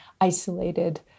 isolated